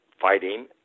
fighting